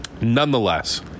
Nonetheless